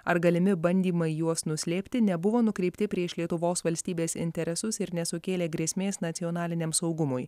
ar galimi bandymai juos nuslėpti nebuvo nukreipti prieš lietuvos valstybės interesus ir nesukėlė grėsmės nacionaliniam saugumui